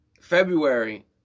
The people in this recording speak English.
February